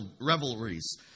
revelries